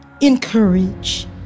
encourage